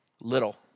little